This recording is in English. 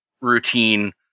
routine